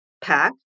pack